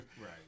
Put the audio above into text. Right